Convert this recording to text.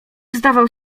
zdawał